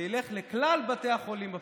זה ילך לכלל בתי החולים בפריפריה.